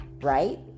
right